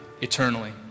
eternally